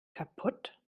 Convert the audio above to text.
kaputt